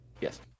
yes